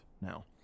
now